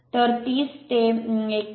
तर 30 ते 1